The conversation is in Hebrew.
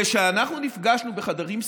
כשאנחנו נפגשנו בחדרים סגורים,